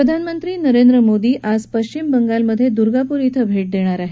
प्रधानमंत्री नरेंद्र मोदी आज पश्चिम बंगालमधल्या दुर्गापूर इथं भेट देणार आहेत